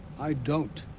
i don't,